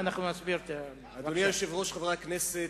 אדוני היושב-ראש, חברי הכנסת,